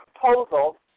proposal